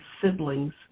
siblings